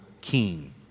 king